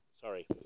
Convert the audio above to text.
sorry